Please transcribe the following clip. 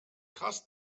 krass